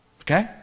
Okay